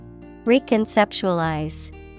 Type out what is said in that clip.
Reconceptualize